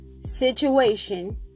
situation